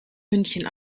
münchen